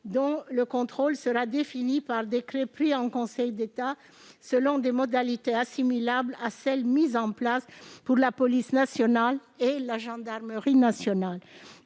qui sera défini par décret pris en Conseil d'État selon des modalités assimilables à celles qui sont mises en place pour la police nationale et pour la gendarmerie nationale